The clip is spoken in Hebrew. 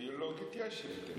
ביולוגית יש הבדל.